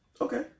okay